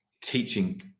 teaching